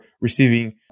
receiving